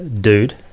dude